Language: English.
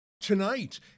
Tonight